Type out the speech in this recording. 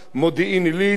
מעלה-אדומים,